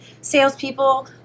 Salespeople